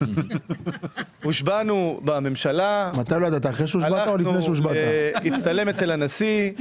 הושבענו לממשלה, הלכנו להצטלם אצל הנשיא.